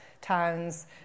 towns